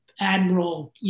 admiral